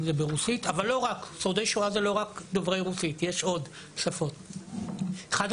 בין אם ברוסית ובין אם בשפות אחרות שורדי שואה זה לא רק רוסית.